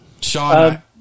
Sean